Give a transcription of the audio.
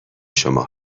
شما